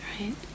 right